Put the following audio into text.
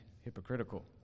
hypocritical